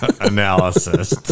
Analysis